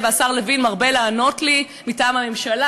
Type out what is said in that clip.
והשר לוין מרבה לענות לי מטעם הממשלה,